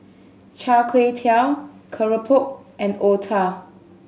Char Kway Teow Keropok and Otah